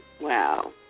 Wow